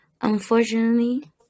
unfortunately